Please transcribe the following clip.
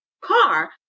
car